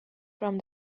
from